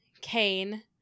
Cain